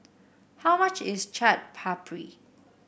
how much is Chaat Papri